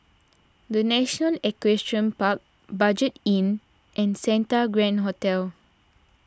the National Equestrian Park Budget Inn and Santa Grand Hotel